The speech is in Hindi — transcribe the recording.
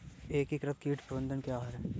एकीकृत कीट प्रबंधन क्या है?